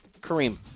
Kareem